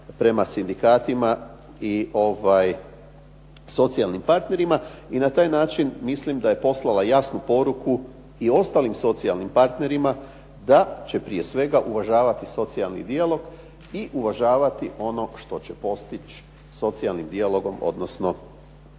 prema sindikatima i socijalnim partnerima i na taj način mislim da je poslala jasnu poruku i ostalim socijalnim partnerima da će prije svega uvažavati socijalni dijalog i uvažavati ono što će postići socijalnim dijalogom, odnosno